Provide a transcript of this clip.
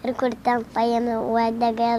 ir kur ten paimi uodegą